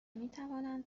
میتوانند